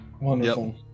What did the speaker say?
wonderful